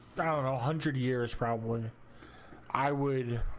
donna hundred years from when i waite